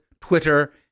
Twitter